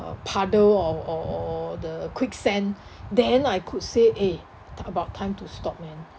puddle or or or the quicksand then I could say eh about time to stop leh